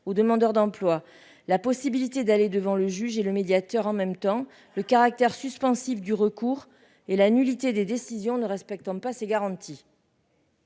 aux demandeurs d'emploi, la possibilité d'aller devant le juge et le médiateur en même temps le caractère suspensif du recours et la nullité des décisions ne respectant pas ces garanties.